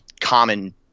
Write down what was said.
common